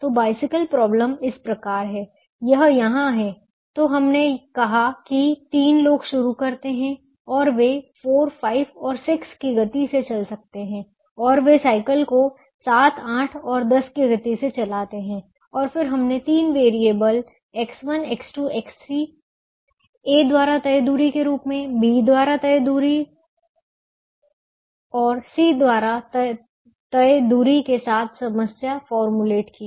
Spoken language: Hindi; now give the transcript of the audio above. तो बाइसिकल प्रॉब्लम इस प्रकार है यह यहाँ है तो हमने कहा कि 3 लोग शुरू करते हैं और वे 4 5 और 6 की गति से चल सकते हैं और वे साइकिल को 7 8 और 10 की गति से चलाते हैं और फिर हमने तीन variable X1 X2 X3 A द्वारा तय दूरी के रूप में B द्वारा तय दूरी चक्र और C द्वारा तय दूरी के साथ समस्या फार्मूलेट की